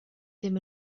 ddim